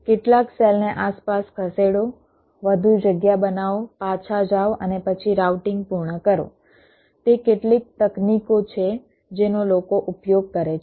કેટલાક સેલને આસપાસ ખસેડો વધુ જગ્યા બનાવો પાછા જાઓ અને પછી રાઉટિંગ પૂર્ણ કરો તે કેટલીક તકનીકો છે જેનો લોકો ઉપયોગ કરે છે